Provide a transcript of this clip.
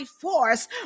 force